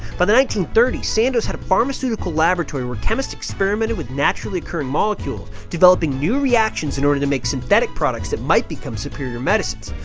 by the nineteen thirty s, sandoz had a pharmaceutical laboratory where chemists experimented with naturally occurring molecules, developing new reactions in order to make synthetic products that might become superior medicines.